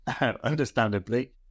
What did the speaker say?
understandably